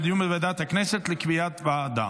22 בעד,